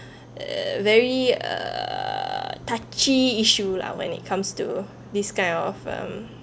err very err touchy issue lah when it comes to this kind of um